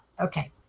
Okay